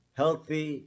healthy